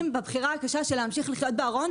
בבחירה הקשה של להמשיך ולחיות בארון,